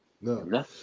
No